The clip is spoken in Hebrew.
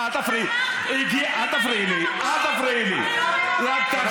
אבל אני אמרתי, אל תפריעי לי, סליחה.